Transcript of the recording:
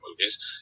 movies